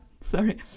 sorry